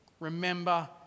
Remember